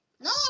No